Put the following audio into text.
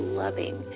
loving